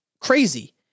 crazy